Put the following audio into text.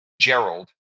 Gerald